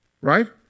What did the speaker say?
Right